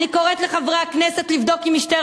אני קוראת לחברי הכנסת לבדוק עם משטרת